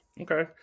Okay